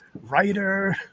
writer